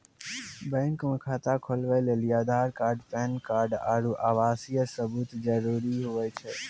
bank मे खाता खोलबै लेली आधार कार्ड पैन कार्ड आरू आवासीय सबूत जरुरी हुवै छै